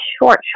short